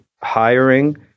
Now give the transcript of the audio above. hiring